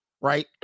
Right